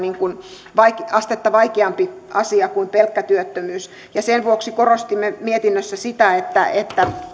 astetta vaikeampi asia kuin pelkkä työttömyys sen vuoksi korostimme mietinnössä sitä että että